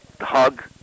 hug